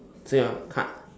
so you want cut